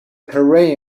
terrain